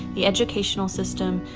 the educational system,